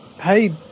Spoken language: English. Hey